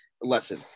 lesson